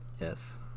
Yes